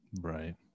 Right